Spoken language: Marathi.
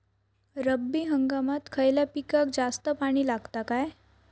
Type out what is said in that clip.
रब्बी हंगामात खयल्या पिकाक जास्त पाणी लागता काय?